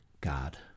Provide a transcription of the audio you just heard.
God